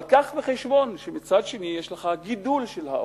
אבל הבא בחשבון שמצד שני יש לך גידול של האוכלוסייה,